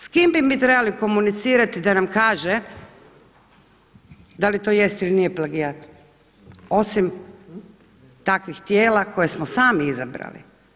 S kim bi mi trebali komunicirati da nam kaže da li to jest ili nije plagijat osim takvih tijela koje smo sami izabrali?